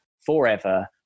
forever